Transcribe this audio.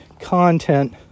content